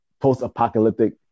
post-apocalyptic